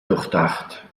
durchdacht